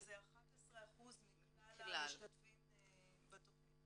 שזה 11% מכלל המשתתפים בתכנית.